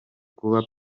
kuba